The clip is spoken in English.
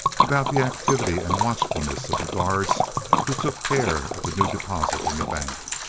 about the activity and watchfulness of the guards who took care of the new deposit in the bank.